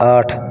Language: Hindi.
आठ